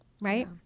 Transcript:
right